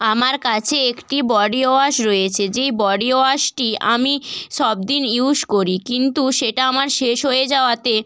আমার কাছে একটি বডিওয়াশ রয়েছে যেই বডিওয়াশটি আমি সব দিন ইউজ করি কিন্তু সেটা আমার শেষ হয়ে যাওয়াতে